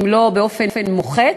אם לא באופן מוחץ,